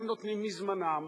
נותנים מזמנם,